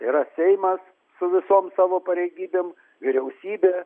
yra seimas su visom savo pareigybėm vyriausybė